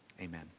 Amen